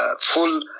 full